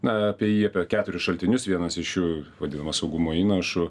na apie jį apie keturis šaltinius vienas iš jų vadinamas saugumo įnašu